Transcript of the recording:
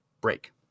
break